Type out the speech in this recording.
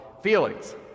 feelings